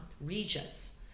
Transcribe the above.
regions